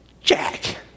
Jack